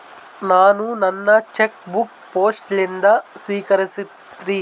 ನಾನು ನನ್ನ cheque book post ಲಿಂದ ಸ್ವೀಕರಿಸಿವ್ರಿ